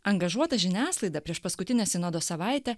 angažuota žiniasklaida prieš paskutinę sinodo savaitę